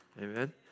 Amen